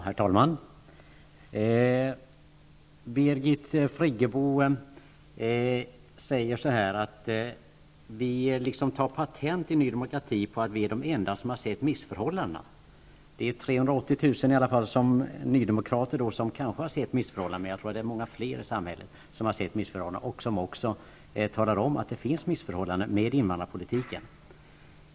Herr talman! Birgit Friggebo säger att vi i Ny Demokrati tar patent på att vara de enda som har sett missförhållandena. Det är i alla fall 380 000 nydemokrater som kanske har sett missförhållandena. Men jag tror att det är många fler i samhället som har sett missförhållandena och som också talar om att det finns missförhållanden när det gäller invandrarpolitiken.